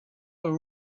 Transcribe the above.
were